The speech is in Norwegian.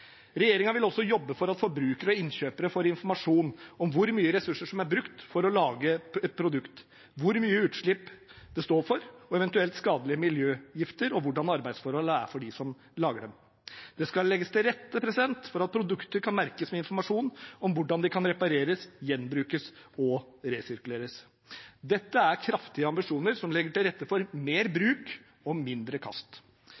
vil også jobbe for at forbrukere og innkjøpere får informasjon om hvor mye ressurser som er brukt for å lage et produkt, hvor store utslipp det står for, eventuelle skadelige miljøgifter og hvordan arbeidsforholdene er for dem som lager det. Det skal legges til rette for at produkter kan merkes med informasjon om hvordan de kan repareres, gjenbrukes og resirkuleres. Dette er kraftige ambisjoner som legger til rette for mer bruk og mindre kast.